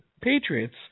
Patriots